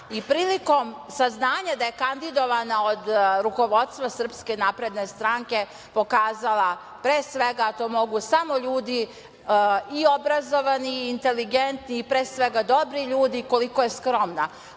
i prilikom saznanja da je kandidovana od rukovodstva SNS pokazala pre svega, a to mogu samo ljudi i obrazovani i inteligentni i pre svega dobri ljudi, koliko je skromna.